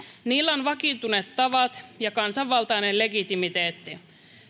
niillä on vakiintuneet tavat ja kansanvaltainen legitimiteetti